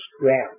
ground